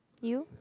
you